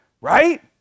right